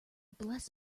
bless